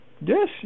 Yes